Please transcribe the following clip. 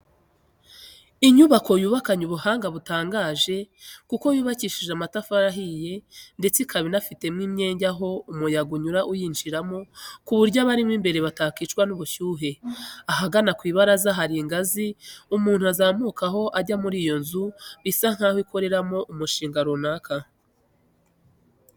Inzu yubakanye ubuhanga butangaje kuko yubakishije amatafari ahiye ndetse ikaba inafitemo imyenge aho umuyaga unyura uyinjiramo ku buryo abarimo imbere baticwa n'ubushyuhe. Ahagana ku ibaraza hari ingazi umuntu azamukaho ajya muri iyo nzu bisa nkaho ikoreramo umushinga runaka.